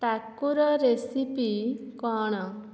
Takor recipe କ'ଣ